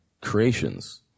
creations